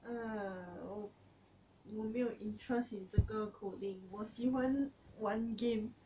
uh oh 我没有 interest in 这个 coding 我喜欢玩 game